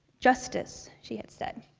justice, she had said.